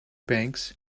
banks